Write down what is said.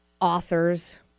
Authors